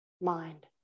mind